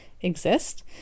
exist